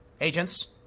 agents